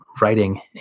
writing